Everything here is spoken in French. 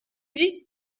dit